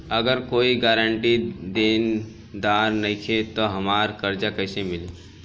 अगर कोई गारंटी देनदार नईखे त हमरा कर्जा कैसे मिली?